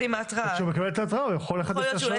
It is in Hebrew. כשהוא מקבל את ההתראה הוא יכול לשלם עבור רישיון הרכב.